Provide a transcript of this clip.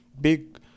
big